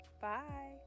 Bye